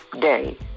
day